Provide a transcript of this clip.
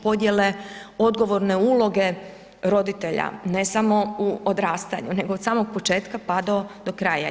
Podjele odgovorne uloge roditelja, ne samo u odrastanju, nego od samog početka pa do kraja.